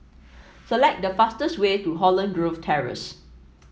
select the fastest way to Holland Grove Terrace